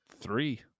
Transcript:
Three